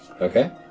Okay